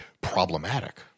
problematic